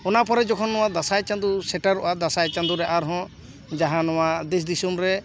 ᱚᱱᱟ ᱯᱚᱨᱮ ᱡᱚᱠᱷᱚᱱ ᱱᱚᱶᱟ ᱫᱟᱸᱥᱟᱭ ᱪᱟᱸᱫᱳ ᱥᱮᱴᱮᱨᱚᱜᱼᱟ ᱫᱟᱸᱥᱟᱭ ᱪᱟᱸᱫᱳ ᱨᱮ ᱟᱨ ᱦᱚᱸ ᱡᱟᱦᱟᱸ ᱱᱚᱣᱟ ᱫᱮᱥ ᱫᱤᱥᱚᱢ ᱨᱮ